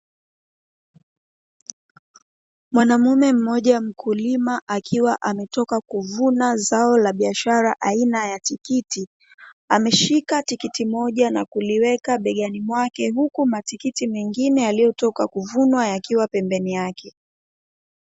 Mwanaume mmoja mkulima akiwa ametoka kuvuna zao la biashara aina ya tikiti, ameshika tikiti moja na kuliweka begani mwake huku matikiti mengine yaliyotoka kuvunwa yakiwa pembeni yake.